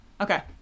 Okay